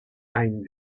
ein